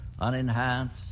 unenhanced